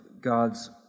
God's